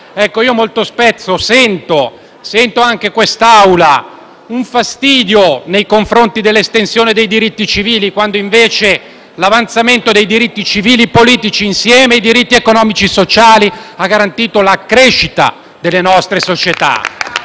limitata. Molto spesso percepisco, anche in quest'Aula, un fastidio nei confronti dell'estensione dei diritti civili, quando invece l'avanzamento dei diritti civili e politici, insieme a quelli economici e sociali, ha garantito la crescita delle nostre società.